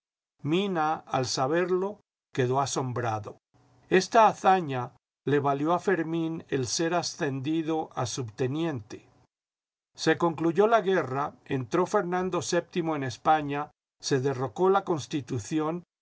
mina al saberlo quedó asombrado esta hazaña le valió a fermín el ser ascendido a subteniente se concluyó la guerra entró fernando vií en españa se derrocó la constitución